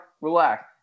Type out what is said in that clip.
relax